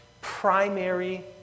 primary